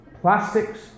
plastics